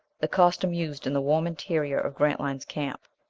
the costume used in the warm interior of grantline's camp.